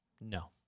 No